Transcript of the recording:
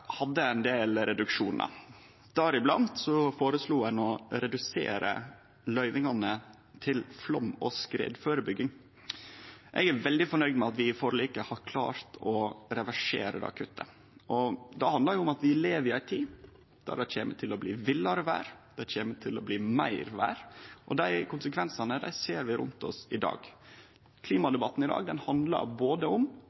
hadde ein del reduksjonar. Deriblant føreslo ein å redusere løyvingane til flaum- og skredførebygging. Eg er veldig fornøgd med at vi i forliket har klart å reversere det kuttet. Det handlar om at vi lever i ei tid der det kjem til å bli villare vêr, det kjem til å bli meir vêr, og dei konsekvensane ser vi rundt oss i dag. Klimadebatten i dag handlar både om